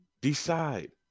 decide